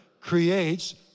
creates